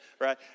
right